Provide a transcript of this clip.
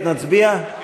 נצביע על לחלופין (ב)?